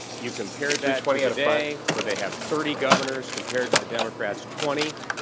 you compare that to today where they have thirty governors compared to the democrats' twenty,